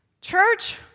Church